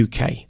UK